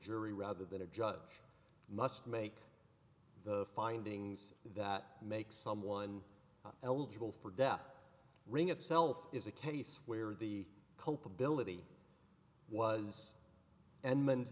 jury rather than a judge must make the findings that make someone eligible for death ring itself is a case where the culpability was and men